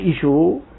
issue